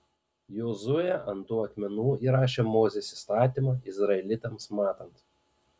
jozuė ant tų akmenų įrašė mozės įstatymą izraelitams matant